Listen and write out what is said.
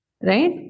Right